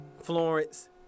Florence